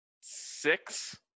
six